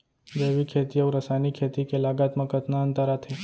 जैविक खेती अऊ रसायनिक खेती के लागत मा कतना अंतर आथे?